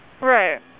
Right